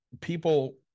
people